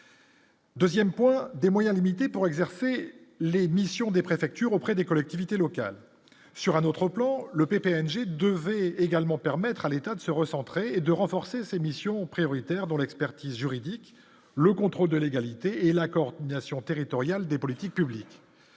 2ème point des moyens limités pour exercer les missions des préfectures auprès des collectivités locales sur un autre plan, le P. PNG devait également permettre à l'État de se recentrer et de renforcer ses missions prioritaires dans l'expertise juridique, le contrôle de l'égalité et la coordination territoriale des politiques publiques,